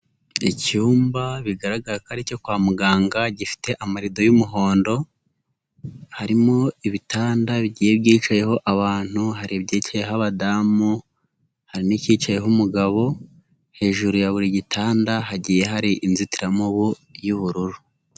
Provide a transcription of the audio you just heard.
Icyumba bigaragara ko ari icyo kwa muganga gifite amarido y'umuhondo harimo ibitanda bigiye byicayeho abantu, hari ibyicayeho abadamu, hari n'ikicayeho umugabo, hejuru ya buri gitanda hagiye hari inzitiramubu y'ubururu.